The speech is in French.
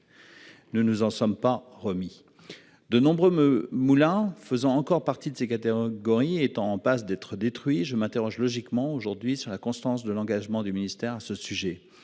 Ne nous en sommes pas remis de nombreux me Moulin faisant encore partie de secrétaire Gauri est en passe d'être détruits. Je m'interroge logiquement aujourd'hui sur la constance de l'engagement du ministère à ce sujet